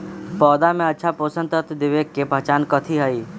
पौधा में अच्छा पोषक तत्व देवे के पहचान कथी हई?